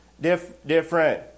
different